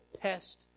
pest